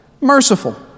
Merciful